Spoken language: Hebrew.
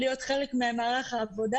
להיות חלק ממערך העבודה.